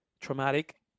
traumatic